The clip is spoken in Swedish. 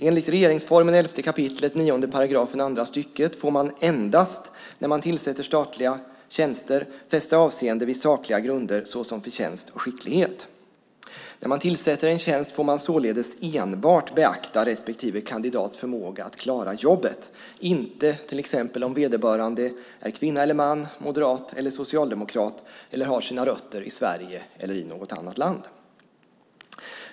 Enligt regeringsformen 11 kap. 9 § andra stycket får man endast, när man tillsätter statliga tjänster, fästa avseende vid sakliga grunder såsom förtjänst och skicklighet. När man tillsätter en tjänst får man således enbart beakta respektive kandidats förmåga att klara jobbet, inte om vederbörande till exempel är kvinna eller man, moderat eller socialdemokrat eller har sina rötter i Sverige eller i något annat land.